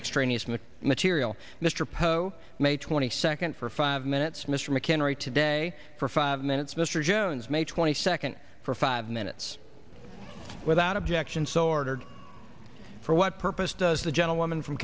extraneous in the material mr poe may twenty second for five minutes mr mchenry today for five minutes mr jones may twenty second for five minutes without objection so ordered for what purpose does the gentlewoman from